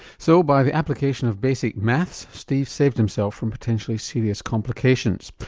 so by the application of basic maths steve saved himself from potentially serious complications.